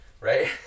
right